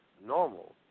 normal